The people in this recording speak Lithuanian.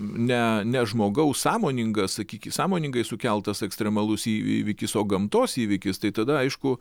ne ne žmogaus sąmoningas sakyk sąmoningai sukeltas ekstremalus į įvykis o gamtos įvykis tai tada aišku